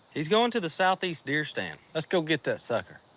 he's going to the south east deer stand. let's go get that sucker.